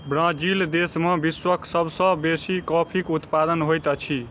Brazil देश में विश्वक सब सॅ बेसी कॉफ़ीक उत्पादन होइत अछि